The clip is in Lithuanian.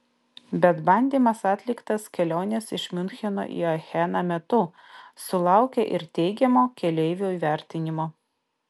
bet bandymas atliktas kelionės iš miuncheno į acheną metu sulaukė ir teigiamo keleivių įvertinimo